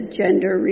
gender